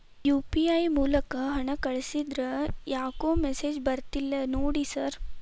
UPI ಮೂಲಕ ಹಣ ಕಳಿಸಿದ್ರ ಯಾಕೋ ಮೆಸೇಜ್ ಬರ್ತಿಲ್ಲ ನೋಡಿ ಸರ್?